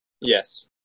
yes